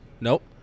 Nope